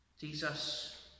Jesus